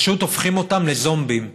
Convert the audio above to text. פשוט הופכים אותם לזומבים.